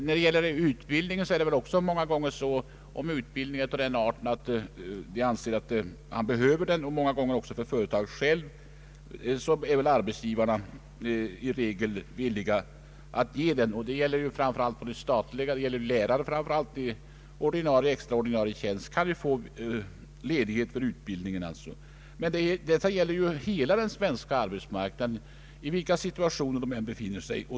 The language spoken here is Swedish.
När det gäller ledighet för utbildning är väl arbetsgivarna i regel villiga att ge sådan, om utbildningen är av den arten att vederbörande behöver den för sitt arbete. Det ligger ju i företagets eget intresse. Men detta gäller kanske framför allt lärare. Ordinarie och extra ordinarie lärare kan ju få ledighet för utbildning. Frågan gäller emellertid nu hela den svenska arbetsmarknaden, i vilken situation man än befinner sig.